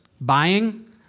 buying